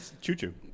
choo-choo